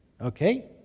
okay